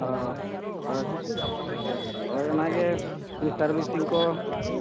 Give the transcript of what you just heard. ᱦᱚᱸ ᱦᱳᱭ ᱛᱚ ᱦᱳᱭ ᱚᱱᱟ ᱜᱮ ᱯᱷᱨᱤ ᱥᱟᱨᱵᱷᱤᱥᱤᱝ ᱠᱚ